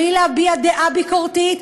בלי להביע דעה ביקורתית,